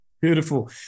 Beautiful